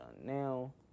now